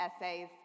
essays